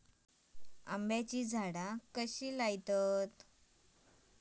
आम्याची झाडा कशी लयतत?